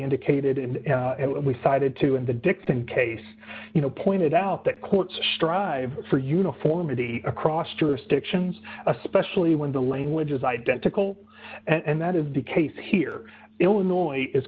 indicated and we cited to in the dict and case you know pointed out that courts strive for uniformity across jurisdictions especially when the language is identical and that is the case here illinois is